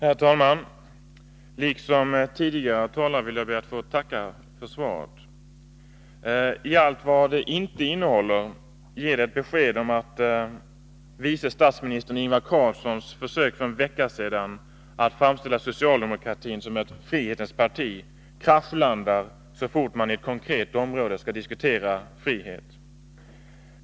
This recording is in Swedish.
Herr talman! Liksom tidigare talare ber jag att få tacka för svaret. Trots allt vad det inte innehåller ger det besked om att vice statsministerns, Ingvar Carlsson, försök för en vecka sedan att framställa socialdemokratin som ett frihetens parti kraschlandar så fort man på ett konkret område skall diskutera frihet.